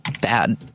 bad